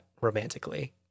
romantically